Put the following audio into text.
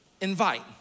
invite